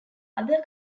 other